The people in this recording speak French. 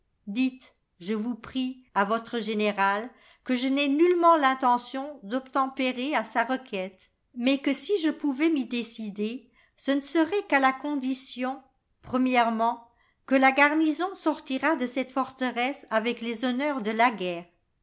je vous prie à votre général que je n'ai nullement l'intention d'obtempérer à sa requête mais que si je pouvais m'y décider cène serait qu'à la condition r que la garnison sortira de cette forteresse avec les honneurs de la guerre